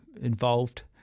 Involved